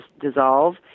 dissolve